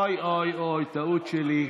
אוי, אוי, טעות שלי.